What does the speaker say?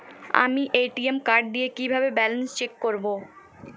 আমি ATM card দিয়ে কিভাবে ব্যালেন্স চেক করব?